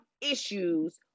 issues